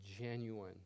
genuine